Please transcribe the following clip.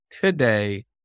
today